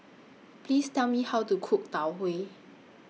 Please Tell Me How to Cook Tau Huay